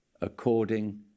according